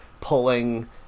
pulling